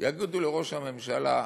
יגידו לראש הממשלה: